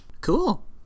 cool